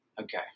Okay